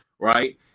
Right